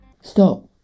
Stop